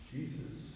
Jesus